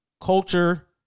culture